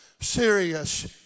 serious